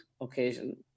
occasion